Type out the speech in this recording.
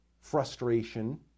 frustration